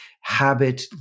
habit